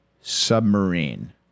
Submarine